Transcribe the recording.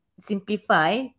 simplify